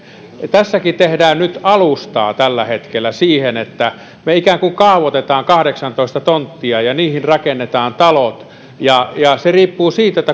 tässäkin tehdään nyt tällä hetkellä alustaa siten että me ikään kuin kaavoitamme kahdeksantoista tonttia ja niihin rakennetaan talot ja ja se lopputulos riippuu siitä